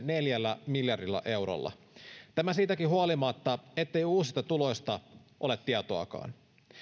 neljällä miljardilla eurolla tämä siitäkin huolimatta ettei uusista tuloista ole tietoakaan